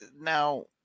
Now